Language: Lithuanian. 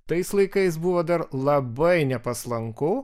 tais laikais buvo dar labai nepaslanku